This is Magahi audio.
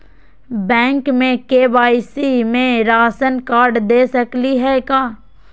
बैंक में के.वाई.सी में राशन कार्ड दे सकली हई का?